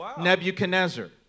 Nebuchadnezzar